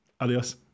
Adios